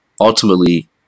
ultimately